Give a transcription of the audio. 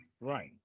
Right